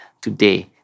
today